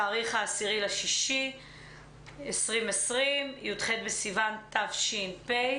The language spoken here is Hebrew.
10 ביוני 2020, י"ח תש"פ.